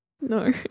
No